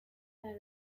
para